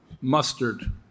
mustard